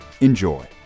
Enjoy